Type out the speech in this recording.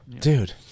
Dude